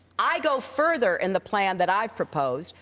i go further in the plan that i've proposed,